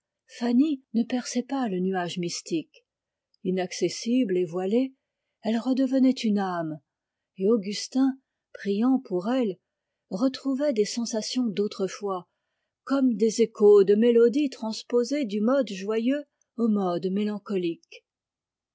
fanny ne perçait pas le nuage mystique inaccessible et voilée elle redevenait une âme et augustin priant pour elle retrouvait des sensations d'autrefois comme des échos de mélodies transposées du mode joyeux au mode mélancolique